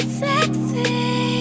sexy